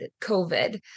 COVID